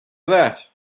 that